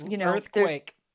Earthquake